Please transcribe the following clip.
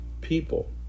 people